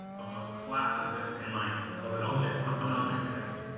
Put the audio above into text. of a class like this in line. of an object. um of an object, yes.